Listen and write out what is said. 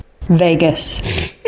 Vegas